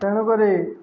ତେଣୁକରି